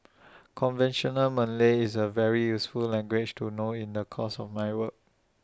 conventional Malay is A very useful language to know in the course of my work